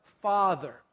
Father